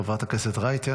חברת הכנסת רייטן,